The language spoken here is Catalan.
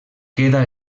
queda